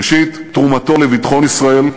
ראשית, תרומתו לביטחון ישראל,